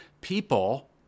People